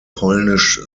polnisch